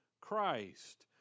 Christ